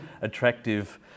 attractive